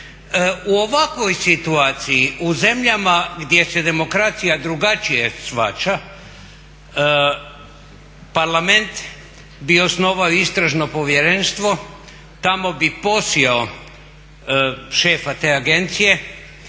U ovakvoj situaciji u zemljama gdje se demokracija drugačije shvaća parlament bi osnovao istražno povjerenstvo, tamo bi …/Govornik se ne